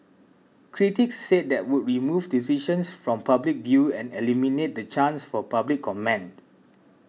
critics said that would remove decisions from public view and eliminate the chance for public comment